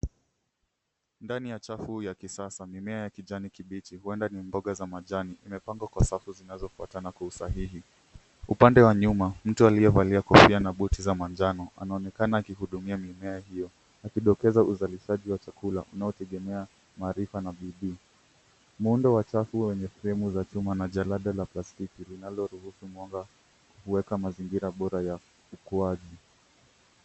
Ndani ya chafu ya kisasa mimea ya kijani kibichi huenda ni mboga za majani imepangwa kwa safu zinazofuatana kwa usahihi. Upande wa nyuma mtu aliyevalia kofia na buti za manjano anaonekana akihudumia mimea hiyo akidokeza uzalishaji wa chakula unaotegemea maarifa na bidii. Muundo wa chafu wenye fremu za chuma na jalada la plastiki linaoruhusu mwanga kuweka mazingira bora ya ukuaji.